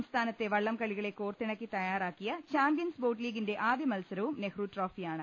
സംസ്ഥാനത്തെ വള്ളംകളികളെ കോർത്തിണക്കി തയ്യാറാക്കിയ ചാമ്പ്യൻസ് ബോട്ട് ലീഗിന്റെ ആദ്യ മത്സരവും നെഹ്റു ട്രോഫിയാണ്